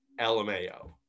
LMAO